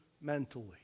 mentally